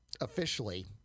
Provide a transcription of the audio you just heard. officially –